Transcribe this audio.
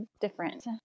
different